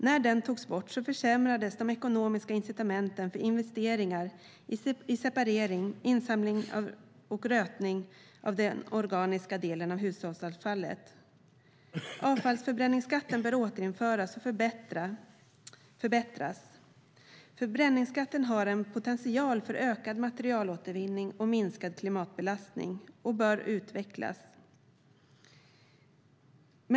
När den togs bort försämrades de ekonomiska incitamenten för investeringar i separering, insamling och rötning av den organiska delen av hushållsavfallet. Avfallsförbränningsskatten bör återinföras och förbättras. Förbränningsskatten har en potential för ökad materialåtervinning och minskad klimatbelastning och bör utvecklas.